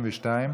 52)